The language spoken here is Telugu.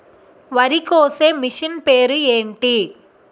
వరి కోసే మిషన్ పేరు ఏంటి